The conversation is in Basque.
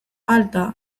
alta